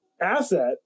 asset